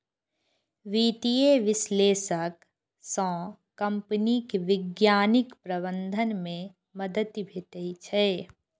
वित्तीय विश्लेषक सं कंपनीक वैज्ञानिक प्रबंधन मे मदति भेटै छै